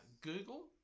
Google